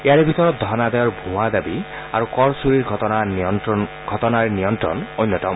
ইয়াৰে ভিতৰত ধন আদায়ৰ ভুৱা দাবী আৰু কৰ চুৰিৰ ঘটনাৰ নিয়ন্ত্ৰণ অন্যতম